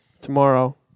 Tomorrow